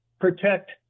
protect